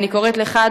אני קוראת לך,